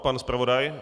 Pan zpravodaj?